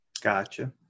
gotcha